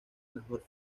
mejor